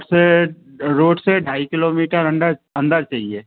फिर रोड से ढाई किलोमीटर अंडर अंदर चाहिए